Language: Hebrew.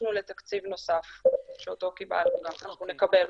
נדרשנו לתקציב נוסף שאותו אנחנו נקבל.